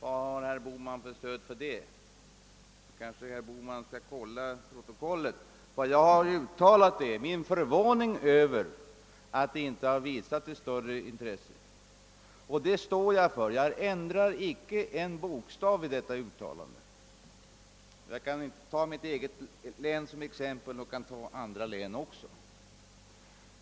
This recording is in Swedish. Vad har herr Bohman för stöd för den tolkningen? Herr Bohman kan kanske kolla i protokollet, att vad jag uttalade min förvåning över var att de inte har visat ett större intresse. Det står jag för, och jag ändrar icke en bokstav i detta uttalande. Jag kan ta mitt eget län som exempel, och jag kan ta andra län också.